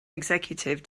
executive